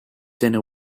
dinner